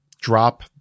drop